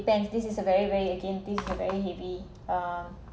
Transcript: depends this is a very very again this is a very heavy uh